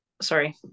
sorry